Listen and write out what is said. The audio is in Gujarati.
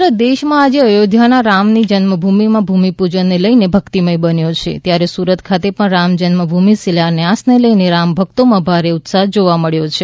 સમગ્ર દેશ આજે અયોધ્યાના રામ ની જન્મભૂમિના ભૂમિપૂજનને લઈને ભક્તિમય બન્યો છે ત્યારે સુરત ખાતે પણ રામ જન્મભૂમિ શિલાન્યાસ ને લઈ રામ ભક્તોમાં ભારે ઉત્સાહ જોવા મબ્યો છે